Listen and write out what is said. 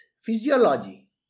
physiology